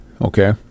Okay